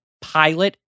pilot